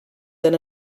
than